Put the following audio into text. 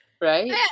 right